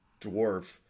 dwarf